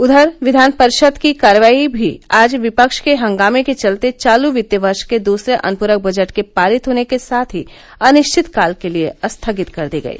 उधर विधान परिषद की कार्यवाही भी आज विपक्ष के हंगामे के चलते चालू वित्त वर्ष के दूसरे अनुप्रक बजट के पारित होने के साथ ही अनिश्चितकाल के लिए स्थगित कर दी गयी